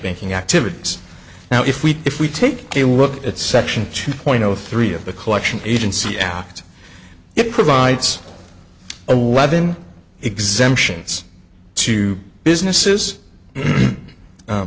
banking activities now if we if we take a look at section two point zero three of the collection agency act it provides eleven exemptions to businesses